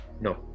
No